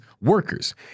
workers